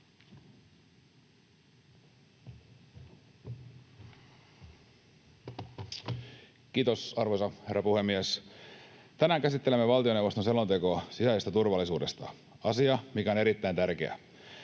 Kiitos, arvoisa herra puhemies! Tänään käsittelemme valtioneuvoston selontekoa sisäisestä turvallisuudesta — asia, mikä on erittäin tärkeä.